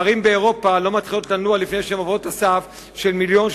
ערים באירופה לא מתחילות לנוע לפני שהן עוברות את הסף של מיליון,